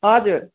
हजुर